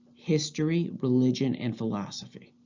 history, religion and philosophy